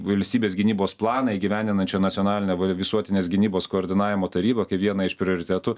valstybės gynybos planą įgyvendinančią nacionalinę visuotinės gynybos koordinavimo tarybą kaip vieną iš prioritetų